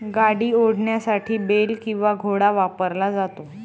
गाडी ओढण्यासाठी बेल किंवा घोडा वापरला जातो